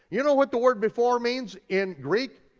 you know what the word before means in greek?